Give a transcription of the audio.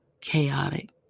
chaotic